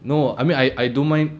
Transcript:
no I mean I I don't mind